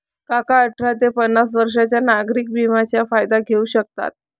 काका अठरा ते पन्नास वर्षांच्या नागरिक विम्याचा फायदा घेऊ शकतात